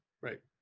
Right